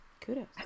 kudos